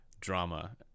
drama